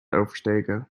oversteken